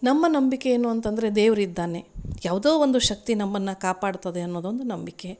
ನಮ್ಮ ನಂಬಿಕೆ ಏನು ಅಂತಂದರೆ ದೇವ್ರು ಇದ್ದಾನೆ ಯಾವುದೋ ಒಂದು ಶಕ್ತಿ ನಮ್ಮನ್ನು ಕಾಪಾಡ್ತದೆ ಅನ್ನೋದೊಂದು ನಂಬಿಕೆ